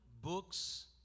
books